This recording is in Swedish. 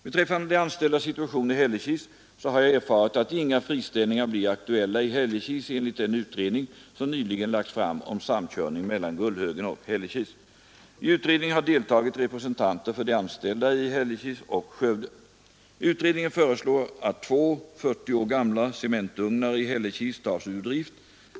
Beträffande de anställdas situation i Hällekis har jag erfarit att inga friställningar blir aktuella i Hällekis enligt den utredning som nyligen lagts fram om samkörning mellan Gullhögen och Hällekis. I utredningen har deltagit representanter för de anställda i Hällekis och Skövde. Utredningen föreslår att två 40 år gamla cementugnar i Hällekis tas ur drift.